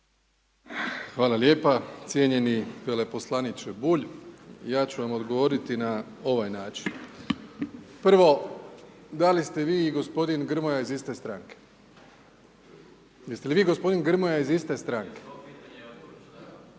Hvala lijepa. Cijenjeni veleposlaniče Bulj, ja ću vam odgovoriti na ovaj način. Prvo, da li ste vi i gospodin Grmoja iz iste stranke? Jeste li vi i gospodin Grmoja iz iste stranke? A sada bilo bi dobro da svaka